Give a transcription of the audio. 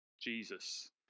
Jesus